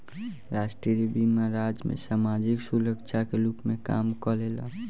राष्ट्रीय बीमा राज्य में सामाजिक सुरक्षा के रूप में काम करेला